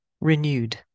renewed